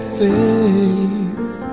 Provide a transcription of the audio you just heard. faith